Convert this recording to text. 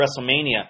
WrestleMania